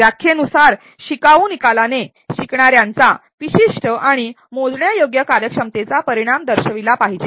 व्याख्येनुसार शिकाऊ निकालाने शिकणाऱ्यांचा विशिष्ट आणि मोजण्यायोग्य कार्यक्षमतेचा परिणाम दर्शविला पाहिजे